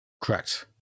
correct